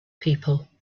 people